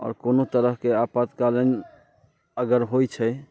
आओर कुनो तरहकेँ आपातकालीन अगर होइत छै